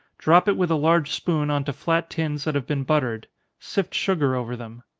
drop it with a large spoon on to flat tins that have been buttered sift sugar over them.